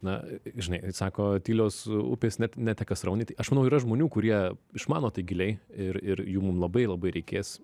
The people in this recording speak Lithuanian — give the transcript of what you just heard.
na žinai sako tylios upės net neteka srauniai tai aš manau yra žmonių kurie išmano tai giliai ir ir jų mum labai labai reikės